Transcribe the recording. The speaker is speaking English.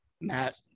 Matt